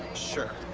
sure.